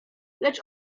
lecz